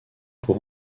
pour